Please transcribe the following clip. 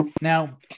Now